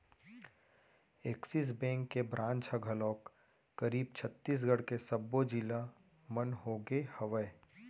Axis bank के branch ह घलोक करीब छत्तीसगढ़ के सब्बो जिला मन होगे हवय